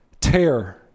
tear